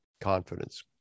confidence